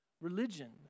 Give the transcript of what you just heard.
religion